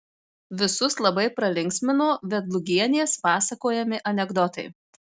visus labai pralinksmino vedlugienės pasakojami anekdotai